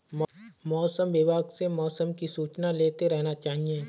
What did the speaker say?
मौसम विभाग से मौसम की सूचना लेते रहना चाहिये?